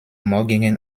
morgigen